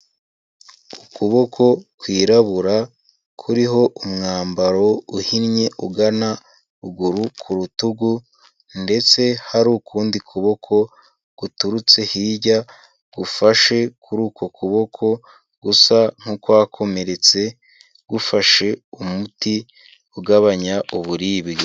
Ukuboko kwirabura kuriho umwambaro uhinnye ugana ruguru ku rutugu ndetse hari ukundi kuboko guturutse hirya gufashe kuri uko kuboko gusa nk'ukwakomeretse, gufashe umuti ugabanya uburibwe.